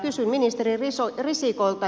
kysyn ministeri risikolta